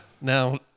Now